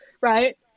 right